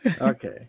Okay